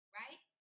right